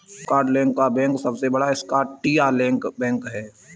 Scotland का सबसे बड़ा बैंक स्कॉटिया बैंक है